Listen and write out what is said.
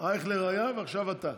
אייכלר היה ועכשיו אתה,